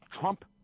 Trump